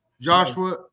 Joshua